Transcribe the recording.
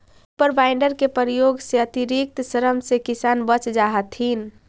reaper binder के प्रयोग से अतिरिक्त श्रम से किसान बच जा हथिन